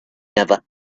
never